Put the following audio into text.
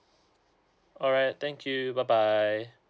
alright thank you bye bye